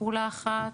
פעולה אחת,